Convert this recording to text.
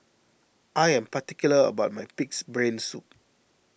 I am particular about my Pig's Brain Soup